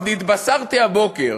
התבשרתי הבוקר